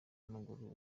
w’amaguru